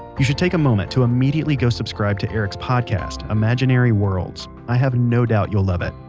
you should take a moment to immediately go subscribe to eric's podcast, imaginary worlds. i have no doubt you'll love it.